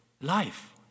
life